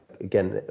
again